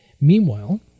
Meanwhile